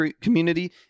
community